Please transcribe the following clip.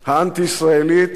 האנטי-ישראלית,